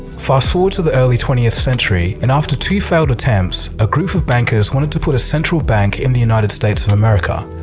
fast forward to the early twentieth century, and after two failed attempts a group of bankers wanted to put a central bank in the united states america.